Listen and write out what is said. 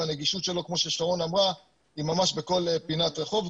והנגישות שלו כמו ששרון אמרה היא ממש בכל פינת רחוב,